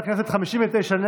קבוצת סיעת ש"ס,